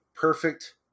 perfect